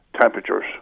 temperatures